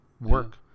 work